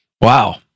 Wow